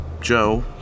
Joe